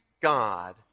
God